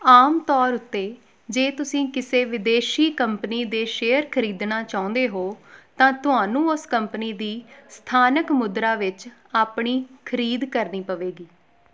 ਆਮ ਤੌਰ ਉੱਤੇ ਜੇ ਤੁਸੀਂ ਕਿਸੇ ਵਿਦੇਸ਼ੀ ਕੰਪਨੀ ਦੇ ਸ਼ੇਅਰ ਖਰੀਦਣਾ ਚਾਹੁੰਦੇ ਹੋ ਤਾਂ ਤੁਹਾਨੂੰ ਉਸ ਕੰਪਨੀ ਦੀ ਸਥਾਨਕ ਮੁਦਰਾ ਵਿੱਚ ਆਪਣੀ ਖਰੀਦ ਕਰਨੀ ਪਵੇਗੀ